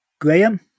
Graham